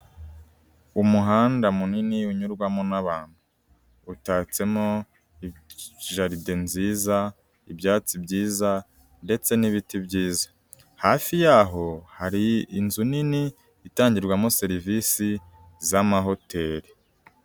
Umuhanda munini unyurwamo n'abantu, utatsemo jaride nziza, ibyatsi byiza ndetse n'ibiti byiza, hafi yaho hari inzu nini itangirwamo serivisi z'amahoteri.